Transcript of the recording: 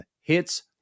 hits